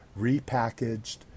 repackaged